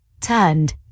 turned